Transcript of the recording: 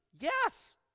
Yes